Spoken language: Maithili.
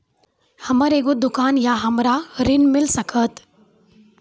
हमर एगो दुकान या हमरा ऋण मिल सकत?